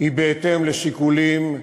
היא בהתאם לשיקולים,